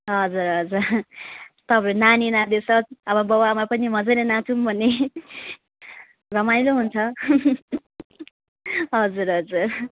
हजुर हजुर तपाईँ नानी नाच्दैछ अब बाउ आमा पनि मजाले नाचौँ भने रमाइलो हुन्छ हजुर हजुर